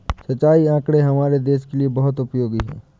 सिंचाई आंकड़े हमारे देश के लिए बहुत उपयोगी है